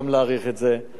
יישר כוח לכולם.